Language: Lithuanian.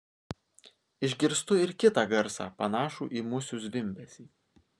išgirstu ir kitą garsą panašų į musių zvimbesį